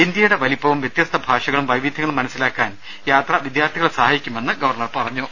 ഇന്ത്യയുടെ വലിപ്പവും വൃതൃസ്ത ഭാഷകളും വൈവിധൃങ്ങളും മനസ്സിലാ ക്കാൻ യാത്ര വിദ്യാർത്ഥികളെ സഹായിക്കുമെന്ന് ഗവർണർ പറഞ്ഞു